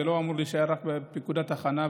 זה לא אמור להישאר רק בפיקוד התחנה,